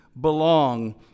belong